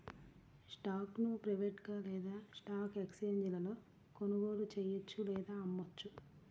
స్టాక్ను ప్రైవేట్గా లేదా స్టాక్ ఎక్స్ఛేంజీలలో కొనుగోలు చెయ్యొచ్చు లేదా అమ్మొచ్చు